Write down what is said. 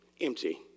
empty